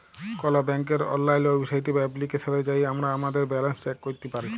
call ব্যাংকের অললাইল website বা এপ্লিকেশলে যাঁয়ে আমরা আমাদের ব্যাল্যাল্স চ্যাক ক্যইরতে পারি